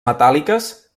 metàl·liques